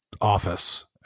office